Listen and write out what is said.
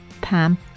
Pam